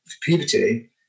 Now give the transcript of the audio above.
puberty